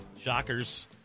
Shockers